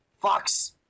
Fox